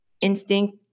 Instinct